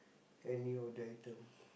any of the item